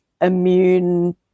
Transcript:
immune